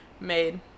made